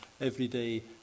everyday